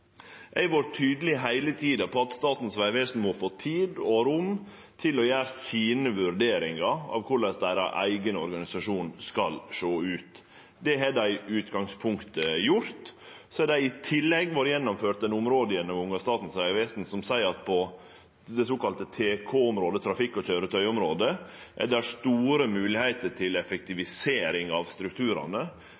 Eg har heile tida vore tydeleg på at Statens vegvesen må få tid og rom til å gjere sine vurderingar av korleis deira eigen organisasjon skal sjå ut. Det har dei i utgangspunktet gjort. Så har det i tillegg vore gjennomført ein områdegjennomgang av Statens vegvesen som seier at på det såkalla TK-området, trafikant og køyretøy-området, er det store